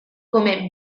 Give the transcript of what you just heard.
come